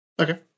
Okay